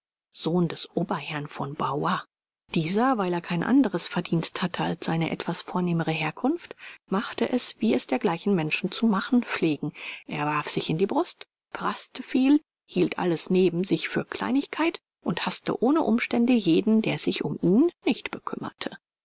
sohn des oberherrn zu bavois dieser weil er kein anderes verdienst hatte als seine etwas vornehmere herkunft machte es wie es dergleichen menschen zu machen pflegen er warf sich in die brust praßte viel hielt alles neben sich für kleinigkeit und haßte ohne umstände jeden der sich um ihn nicht bekümmerte